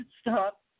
Stop